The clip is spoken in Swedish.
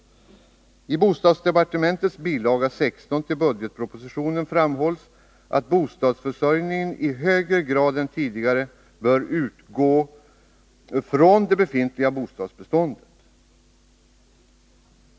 I bostadsdepartementets bil. 16 till budgetpropositionen framhålls att bostadsförsörjningen i högre grad än tidigare bör utgå från det befintliga bostadsbeståndet.